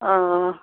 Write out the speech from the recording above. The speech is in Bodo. अह